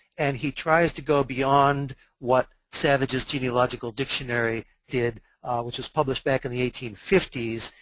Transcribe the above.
and he tries to go beyond what savage's genealogical dictionary did which was published back in the eighteen fifty s.